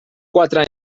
quatre